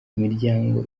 imiryango